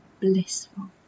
blissful